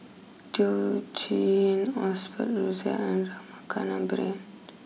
Teo Chee Osbert Rozario and Rama Kannabiran